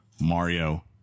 Mario